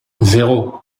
zéro